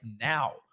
now